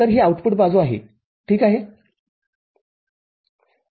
तर ही आउटपुट बाजू आहे ठीक आहे